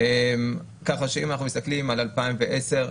כך שאם אנחנו מסתכלים על 2010,